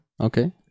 Okay